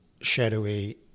shadowy